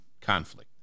conflict